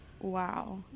Wow